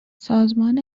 سازمان